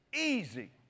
Easy